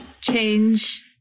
change